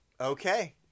Okay